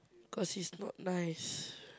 cause it's not nice